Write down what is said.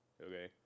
Okay